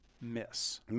miss